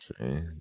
Okay